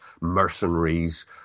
mercenaries